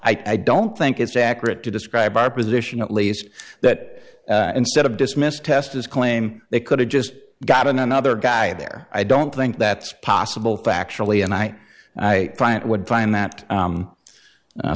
i don't think it's accurate to describe our position at least that instead of dismissed test as claim they could have just gotten another guy there i don't think that's possible factually and i and i would find that